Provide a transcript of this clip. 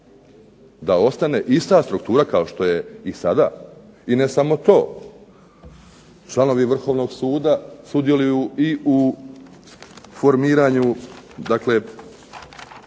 da ostane ista struktura kao što je i sada? I ne samo to. Članovi Vrhovnog suda sudjeluju i u formiranju dakle